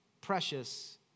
precious